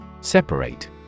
Separate